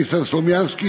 ניסן סלומינסקי,